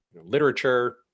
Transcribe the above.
literature